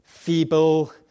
Feeble